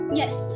yes